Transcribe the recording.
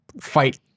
fight